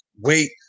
Wait